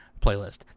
playlist